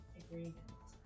agreement